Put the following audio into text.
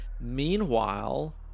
meanwhile